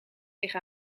zich